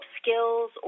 skills